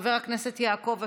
חבר הכנסת יעקב אשר,